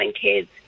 kids